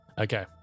Okay